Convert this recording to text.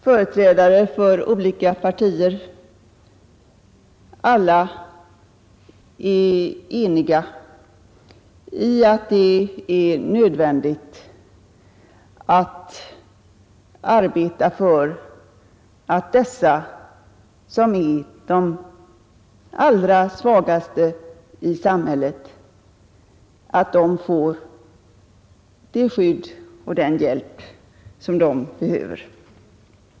Företrädare för olika partier har alla varit eniga om nödvändigheten av att arbeta för att de allra svagaste i samhället skall få det skydd och den hjälp som de behöver.